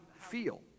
feel